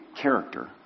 character